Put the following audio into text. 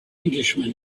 englishman